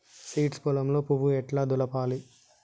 Seeds పొలంలో పువ్వు ఎట్లా దులపాలి?